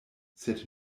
sed